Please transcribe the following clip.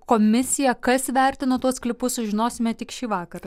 komisija kas vertino tuos klipus sužinosime tik šįvakar